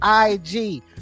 IG